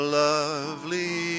lovely